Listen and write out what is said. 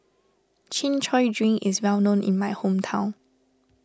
Chin Chow Drink is well known in my hometown